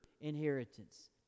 inheritance